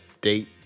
date